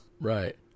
right